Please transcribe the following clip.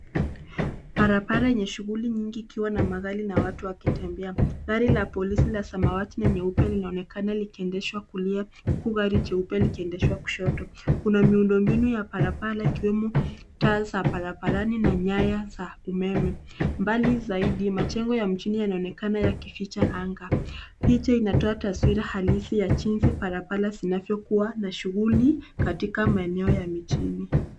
Barabara yenye shughuli nyingi, ikiwa na magari wakitembea. Gari la polisi la samawati na nyeupe linaonekana likiendeshwa kulia, huku gari jeupe likiendeshwa kushoto. Kuna miundombinu ya barabara ikiwemo taa za barabarani na nyaya za umeme. Mbali zaidi majengo ya mjini yanaonekana yakificha anga. Picha inatowa taswira halisi ya jinsi barabara zinazokuwa na shughuli katika maeneo ya mjini.